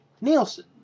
Nielsen